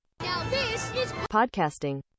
Podcasting